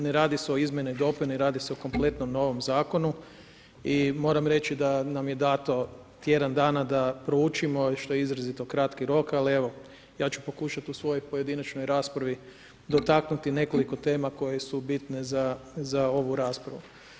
Ne radi se o izmjeni i dopuni, radi se o kompletnom novom zakonu i moram reći da nam je dato tjedan dana da poručimo što je izrazito kratki rok, ali evo, ja ću pokušati u svojoj pojedinačnoj raspravi, dotaknuti nekoliko tema koje su bitne za ovu raspravu.